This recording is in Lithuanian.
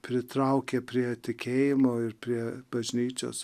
pritraukė prie tikėjimo ir prie bažnyčios